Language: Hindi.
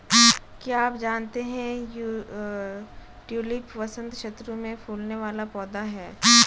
क्या आप जानते है ट्यूलिप वसंत ऋतू में फूलने वाला पौधा है